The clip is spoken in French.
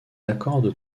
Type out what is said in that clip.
accorde